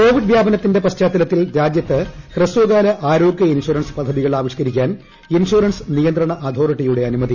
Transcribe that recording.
Covid വ്യാപനത്തിന്റെ പശ്ചാത്തലത്തിൽ രാജ്യത്ത് ഹ്രസ്വകാല ആരോഗൃ ഇൻഷുറൻസ് പദ്ധതികൾ ആവിഷ്ക്കരിക്കാൻ ഇൻഷുറൻസ് നിയന്ത്രണ അതോറിറ്റിയുടെ അനുമതി